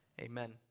Amen